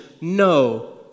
No